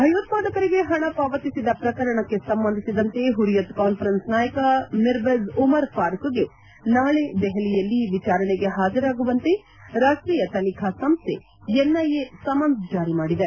ಭಯೋತ್ಪಾದಕರಿಗೆ ಪಣ ಪಾವತಿಸಿದ ಪ್ರಕರಣಕ್ಕೆ ಸಂಬಂಧಿಸಿದಂತೆ ಪುರಿಯತ್ ಕಾನ್ವರೆನ್ಸ್ ನಾಯಕ ಮಿರ್ವೇಜ್ ಉಮರ್ ಫಾರೂಖ್ಗೆ ನಾಳೆ ದೆಹಲಿಯಲ್ಲಿ ವಿಚಾರಣೆಗೆ ಪಾಜರಾಗುವಂತೆ ರಾಷ್ಟೀಯ ತನಿಖಾ ಸಂಸ್ವೆ ಎನ್ಐಎ ಸಮನ್ ಜಾರಿ ಮಾಡಿದೆ